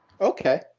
Okay